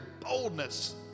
boldness